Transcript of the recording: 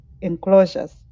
enclosures